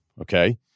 Okay